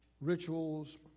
rituals